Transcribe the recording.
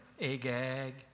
Agag